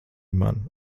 man